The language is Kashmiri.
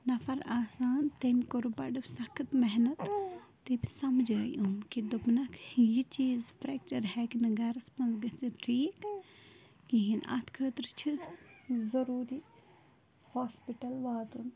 نَفَر آسان تٔمۍ کوٚر بَڈٕ سَخت محنت تٔمۍ سَمجٲے یِم کہِ دۄپنکھ یہِ چیٖز فرٮ۪کچَر ہیکہٕ نہٕ گَرَس منٛز گٔژِتھ ٹھیٖک کِہیٖنۍ اَتھ خٲطرٕ چھِ ضُروٗری ہاسپِٹَل واتُن